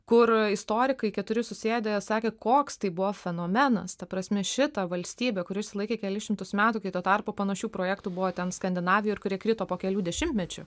kur istorikai keturi susėdę sakė koks tai buvo fenomenas ta prasme šita valstybė kuri išsilaikė kelis šimtus metų kai tuo tarpu panašių projektų buvo ten skandinavijoj ir kuri krito po kelių dešimtmečių